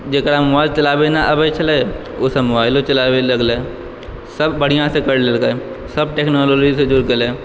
जेकरा मोबाइल चलाबय न आबैत छलै ओसभ मोबाइलो चलाबय लगलै सभ बढ़िआँसँ करि लेलकै सभ टेक्नोलॉजीसँ जुरि गेलै